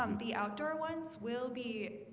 um the outdoor ones will be